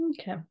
Okay